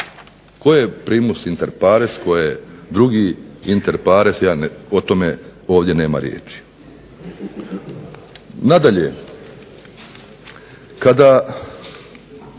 Tko je "Primus inter pares" tko je drugi inter pares o tome ovdje nema riječi. Nadalje, kada